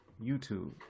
youtube